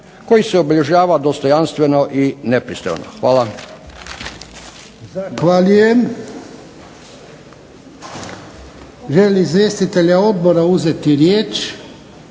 koji se obilježava dostojanstveno i nepristrano. Hvala. **Jarnjak,